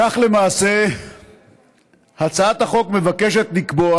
כך למעשה הצעת החוק מבקשת לקבוע